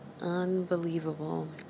unbelievable